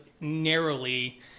narrowly